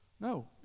no